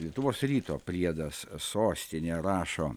lietuvos ryto priedas sostinė rašo